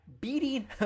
beating